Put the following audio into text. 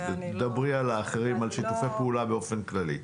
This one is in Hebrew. דברי על האחרים, על שיתופי פעולה באופן כללי.